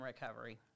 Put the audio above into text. recovery